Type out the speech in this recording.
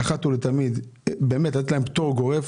אחת ולתמיד לתת להם פטור גורף.